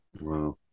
Wow